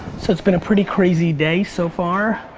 so it's been a pretty crazy day so far.